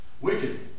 Wicked